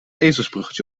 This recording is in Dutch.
ezelsbruggetje